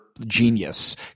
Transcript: genius